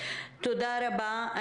תודה רבה.